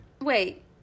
Wait